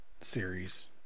series